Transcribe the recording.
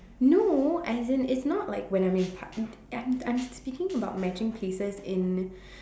no as in it's not like when I'm in pu~ I'm I'm speaking about matching paces in